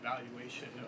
evaluation